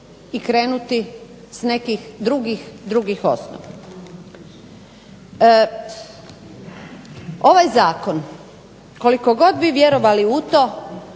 i krenuti s nekih drugih osnova. Ovaj zakon koliko god vi vjerovali u to